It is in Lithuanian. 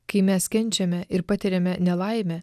kai mes kenčiame ir patiriame nelaimę